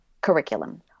curriculum